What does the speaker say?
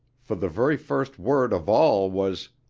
for the very first word of all was,